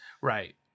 Right